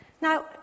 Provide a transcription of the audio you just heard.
Now